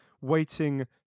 waiting